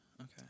Okay